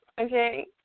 Okay